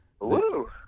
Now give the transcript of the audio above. Woo